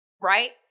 right